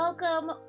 Welcome